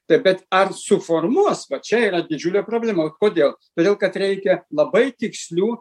tai bet ar suformuos va čia yra didžiulė problema kodėl todėl kad reikia labai tikslių